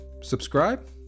subscribe